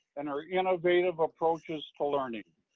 and her innovative approaches to learning.